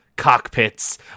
cockpits